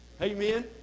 Amen